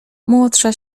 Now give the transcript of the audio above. młodsza